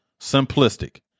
simplistic